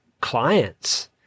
clients